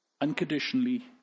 unconditionally